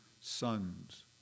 sons